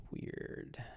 weird